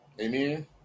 Amen